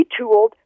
retooled